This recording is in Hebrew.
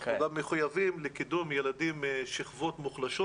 אנחנו גם מחויבים לקידום ילדים משכבות מוחלשות